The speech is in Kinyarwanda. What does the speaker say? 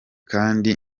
kandi